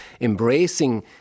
embracing